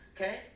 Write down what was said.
okay